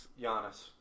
Giannis